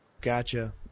Gotcha